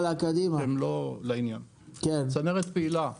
צנרת פעילה-